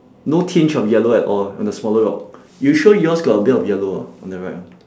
no tinge of yellow at all on the smaller rock you sure yours got a bit of yellow ah on the right one